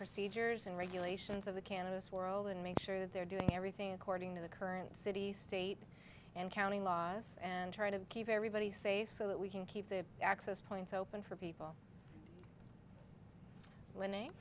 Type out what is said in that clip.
procedures and regulations of the cannabis world and make sure that they're doing everything according to the current city state and county laws and try to keep everybody safe so that we can keep the access points open for people living